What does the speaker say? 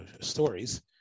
stories